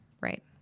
right